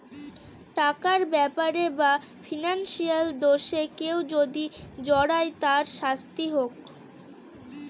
টাকার ব্যাপারে বা ফিনান্সিয়াল দোষে কেউ যদি জড়ায় তার শাস্তি হোক